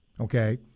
okay